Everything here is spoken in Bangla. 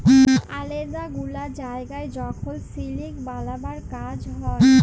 আলেদা গুলা জায়গায় যখল সিলিক বালাবার কাজ হ্যয়